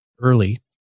early